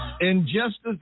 injustice